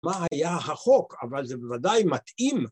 מה היה החוק אבל זה בוודאי מתאים